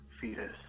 fetus